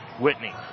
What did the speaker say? Whitney